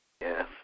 Yes